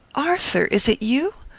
arthur, is it you?